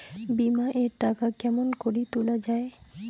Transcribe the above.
বিমা এর টাকা কেমন করি তুলা য়ায়?